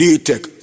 D-Tech